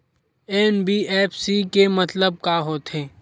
NBFC के मतलब का होथे?